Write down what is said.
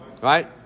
Right